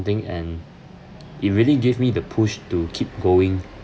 and it really gave me the push to keep going